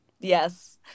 yes